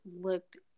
looked